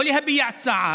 לא להביע צער.